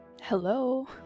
Hello